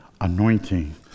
anointing